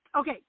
Okay